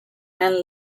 and